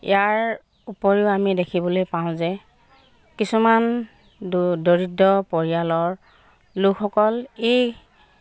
ইয়াৰ উপৰিও আমি দেখিবলৈ পাওঁ যে কিছুমান দৰিদ্ৰ পৰিয়ালৰ লোকসকল এই